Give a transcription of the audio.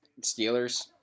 Steelers